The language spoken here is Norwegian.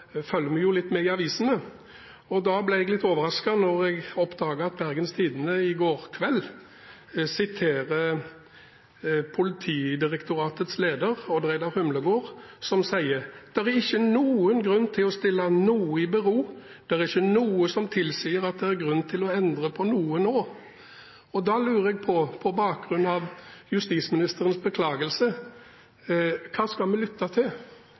jo litt med i avisene, og jeg ble overrasket da jeg oppdaget at Bergens Tidende i dag siterer Politidirektoratets leder, Odd Reidar Humlegård, som sier: «Det er ikke noen grunn til å stille noe i bero. Det er ikke noe som tilsier at det er grunn til å endre noe nå.» Da lurer jeg på, på bakgrunn av justisministerens beklagelse: Hva skal vi lytte til?